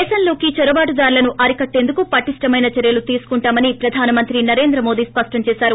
దేశంలోకి చొరబాటు దారులను అరికట్టేందుకు పటిష్ణమైన చర్యలు తీసుకుంటామని ప్రధానమంత్రి నరేంద్ర మోదీ స్పష్టంచేశారు